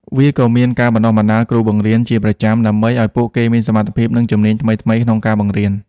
វាក៏មានការ បណ្តុះបណ្តាលគ្រូបង្រៀន ជាប្រចាំដើម្បីឱ្យពួកគេមានសមត្ថភាព និងជំនាញថ្មីៗក្នុងការបង្រៀន។